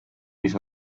mis